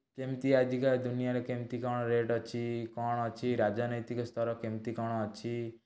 କେମିତି ଆଜିକା ଦୁନିଆରେ କେମିତି କଣ ରେଟ୍ ଅଛି କଣ ଅଛି ରାଜନୈତିକସ୍ତର କେମିତି କଣ ଅଛି